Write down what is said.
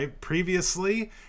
previously